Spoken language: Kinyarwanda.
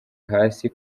hasi